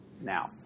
Now